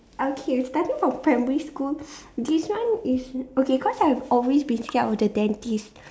okay starting from primary school this one is okay cause I have always been scared of the dentist